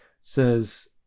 says